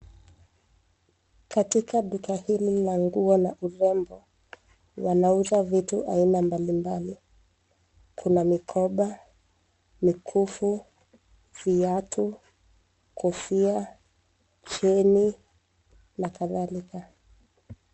Katika duka hili la nguo na urembo wanauza vitu aina mbali mbali, kuna mikoba, mikufu, viatu, kofia, chain na kadhalika.